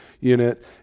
unit